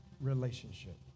relationship